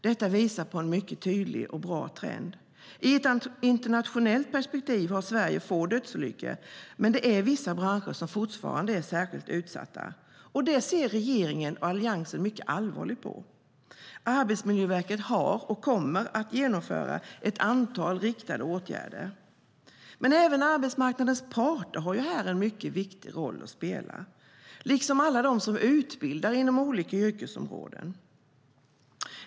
Detta visar på en mycket tydlig och bra trend. I ett internationellt perspektiv har Sverige få dödsolyckor, men det är vissa branscher som fortfarande är särskilt utsatta. Det ser regeringen och alliansen mycket allvarligt på. Arbetsmiljöverket har genomfört och kommer att genomföra ett antal riktade åtgärder. Men även arbetsmarknadens parter har en mycket viktig roll att spela, liksom alla de som utbildar inom olika yrkesområden.